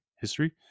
history